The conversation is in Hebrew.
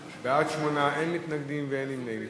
בעד, 8, אין מתנגדים ואין נמנעים.